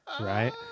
Right